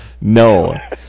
No